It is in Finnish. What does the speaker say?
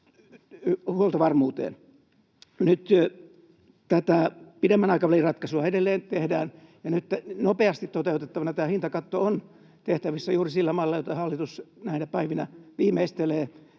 Nyt tätä pidemmän aikavälin ratkaisua edelleen tehdään, ja nopeasti toteutettavana tämä hintakatto on tehtävissä juuri sillä mallilla, jota hallitus näinä päivinä viimeistelee,